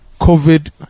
COVID